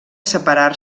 separar